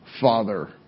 Father